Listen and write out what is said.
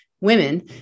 Women